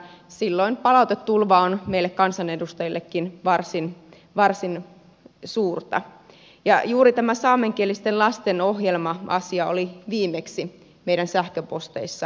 silloin palautetulva on meille kansanedustajillekin varsin suurta ja juuri tämä saamenkielisten lastenohjelma asia oli viimeksi meidän sähköposteissamme huolenaiheena